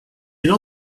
you